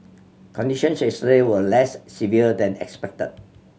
condition yesterday were less severe than expected